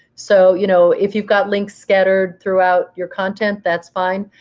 so you know if you've got links scattered throughout your content, that's fine.